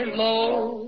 low